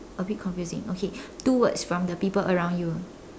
a bit confusing okay two words from the people around you